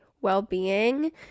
well-being